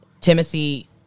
Timothy